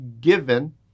given